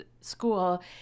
school